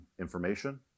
information